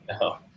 No